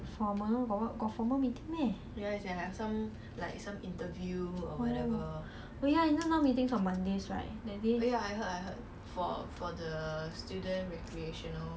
ya but no diff eh I feel like 星期一 and 星期三 got difference meh